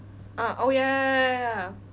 ah oh ya ya ya